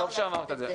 טוב שאמרת את זה.